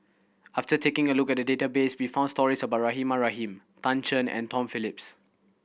after taking a look at the database we found stories about Rahimah Rahim Tan Shen and Tom Phillips